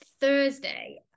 Thursday